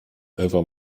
ewa